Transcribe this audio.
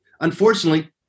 Unfortunately